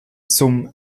zum